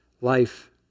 life